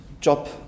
job